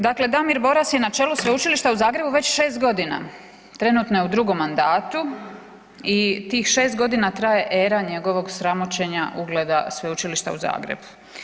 Dakle Damir Boras je na čelu Sveučilišta u Zagrebu već 6 godina, trenutno je u drugom mandatu i tih 6 godina traje era njegovog sramoćenja ugleda Sveučilišta u Zagrebu.